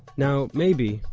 now maybe,